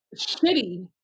shitty